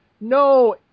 No